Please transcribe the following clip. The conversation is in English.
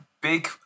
big